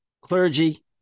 clergy